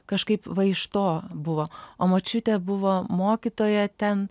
kažkaip va iš to buvo o močiutė buvo mokytoja ten